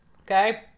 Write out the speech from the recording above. okay